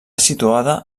situada